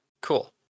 Cool